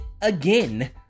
again